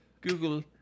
Google